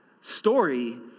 story